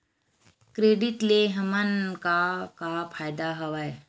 Credit ले हमन का का फ़ायदा हवय?